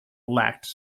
lacked